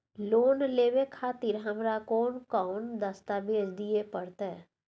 Loan लेवे खातिर हमरा कोन कौन दस्तावेज दिय परतै?